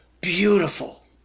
beautiful